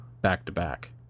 back-to-back